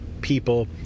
people